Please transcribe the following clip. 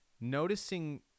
noticing